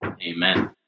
Amen